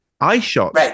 eyeshot